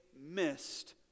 missed